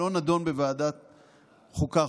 לא נדון בוועדת החוקה,